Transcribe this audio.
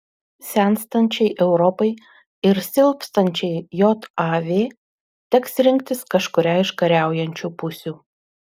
senstančiai europai ir silpstančiai jav teks rinktis kažkurią iš kariaujančių pusių